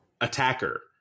attacker